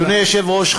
אדוני היושב-ראש,